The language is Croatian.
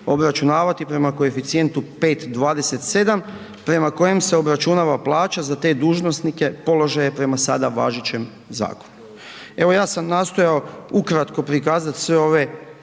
obračunavati prema koeficijentu 5,27 prema kojem se obračunava plaća za te dužnosnike, položaje prema sada važećem zakonu. Evo, ja sam nastojao ukratko prikazati sve ove